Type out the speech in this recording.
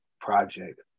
project